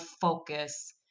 focus